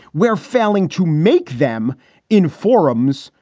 we're failing to make them in forums,